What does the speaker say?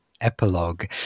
epilogue